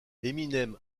eminem